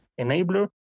enabler